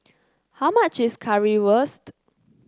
how much is Currywurst